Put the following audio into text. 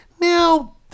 Now